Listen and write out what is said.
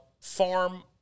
farm